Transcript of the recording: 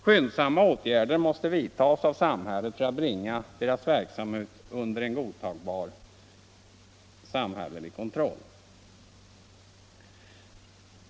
Skyndsamma åtgärder måste vidtas av samhället för att bringa deras verksamhet under en godtagbar samhällelig kontroll.